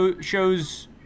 shows